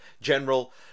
general